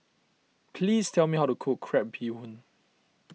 please tell me how to cook Crab Bee Hoon